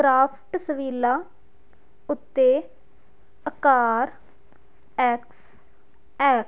crafts ਵੀਲਾ ਉੱਤੇ ਆਕਾਰ ਐਕਸ ਐਕਸ